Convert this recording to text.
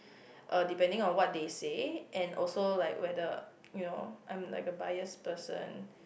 uh depending on what they say and also like whether you know I'm like a biased person